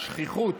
שהשכיחות